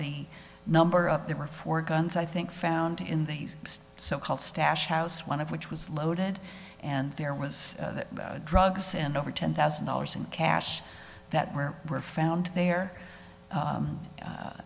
the number of there were four guns i think found in these cells called stash house one of which was loaded and there was drugs and over ten thousand dollars in cash that were were found there